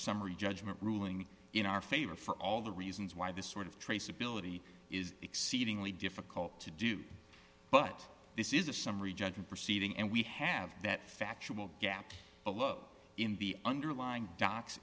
summary judgment ruling in our favor for all the reasons why this sort of traceability is exceedingly difficult to do but this is a summary judgment proceeding and we have that factual gap below in the underlying doc